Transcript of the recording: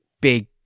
big